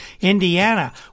Indiana